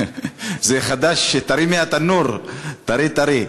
זה חדש, טרי מהתנור, טרי-טרי.